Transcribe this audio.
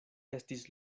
estis